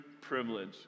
privilege